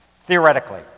theoretically